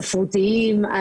ספרותיים.